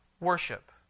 worship